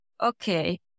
Okay